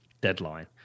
deadline